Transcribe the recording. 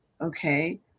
okay